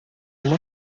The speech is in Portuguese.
uma